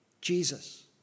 Jesus